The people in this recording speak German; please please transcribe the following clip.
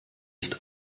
ist